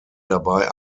dabei